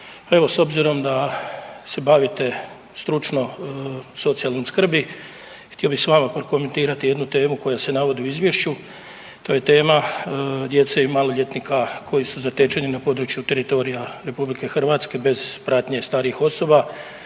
s obzirom da se bavite stručno socijalnom skrbi htio bih malo prokomentirati jednu temu koja se navodi u izvješću. To je tema djece i maloljetnika koji su zatečeni na području teritorija RH bez pratnje starijih osoba.